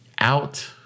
out